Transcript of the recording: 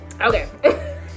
Okay